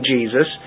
Jesus